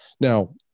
now